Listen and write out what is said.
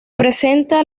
presenta